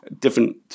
different